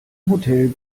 hotel